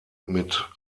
mit